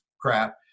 crap